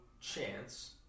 chance